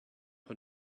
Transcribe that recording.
who